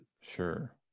Sure